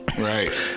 Right